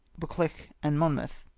buccleuch and monmouth.